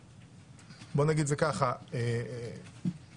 בואו נגיד את זה ככה, ערכית